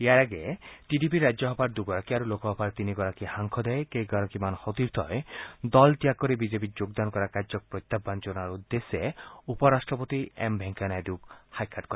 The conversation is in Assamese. ইয়াৰ আগেয়ে টি ডি পিৰ ৰাজ্যসভাৰ দূগৰাকী আৰু লোকসভাৰ তিনিগৰাকী সাংসদে কেইগৰাকীমান সতীৰ্থই দল ত্যাগ কৰি বিজেপিত যোগদান কৰা কাৰ্যক প্ৰত্যাহ্বান জনোৱাৰ উদ্দেশ্যে উপ ৰাট্টপতি এম ভেংকায়া নাইডুক সাক্ষাৎ কৰে